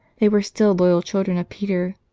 they were still loyal children of peter,